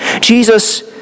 Jesus